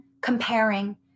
comparing